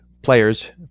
Players